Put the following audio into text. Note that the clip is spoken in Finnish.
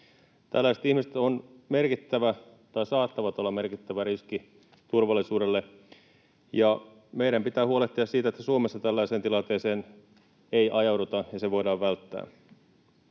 Tällaiset ihmiset saattavat olla merkittävä riski turvallisuudelle, ja meidän pitää huolehtia siitä, että Suomessa tällaiseen tilanteeseen ei ajauduta ja se voidaan välttää.